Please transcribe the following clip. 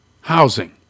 housing